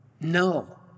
No